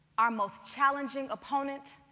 our most challenging opponent